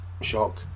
Shock